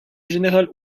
général